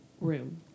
room